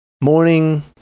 morning